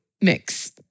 Mix